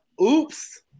Oops